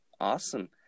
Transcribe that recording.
awesome